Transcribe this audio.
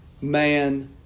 man